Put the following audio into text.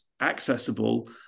accessible